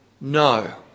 No